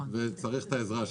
לכן צריך את העזרה שלכם.